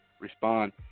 respond